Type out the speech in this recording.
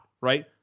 right